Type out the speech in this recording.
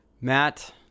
matt